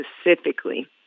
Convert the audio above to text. specifically